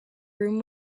room